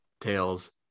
tails